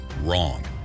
Wrong